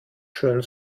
schön